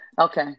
Okay